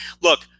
Look